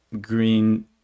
green